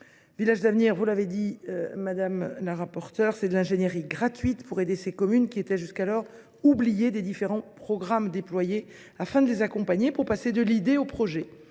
Villages d’avenir, vous l’avez dit, madame Lermytte, c’est de l’ingénierie gratuite pour aider ces communes qui étaient jusqu’alors oubliées des différents programmes déployés, en les aidant à passer de l’idée au projet.